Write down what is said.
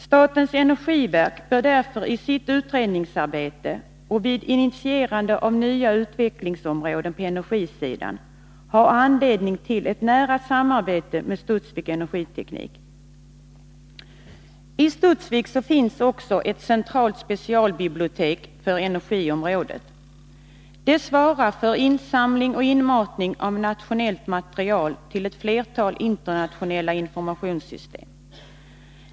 Statens energiverk bör därför i sitt utredningsarbete och vid initierande av nya utvecklingsområden på energisidan ha anledning till ett nära samarbete med Studsvik Energiteknik AB. I Studsvik finns också ett centralt specialbibliotek för energiområdet. Det svarar för insamling och inmatning av nationellt material till ett flertal internationella informationssystem.